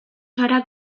zara